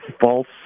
false